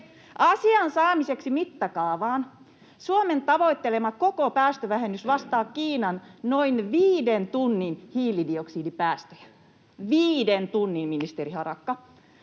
Asian saamiseksi mittakaavaan: Suomen tavoittelema koko päästövähennys vastaa Kiinan noin viiden tunnin hiilidioksidipäästöjä — viiden tunnin, ministeri Harakka.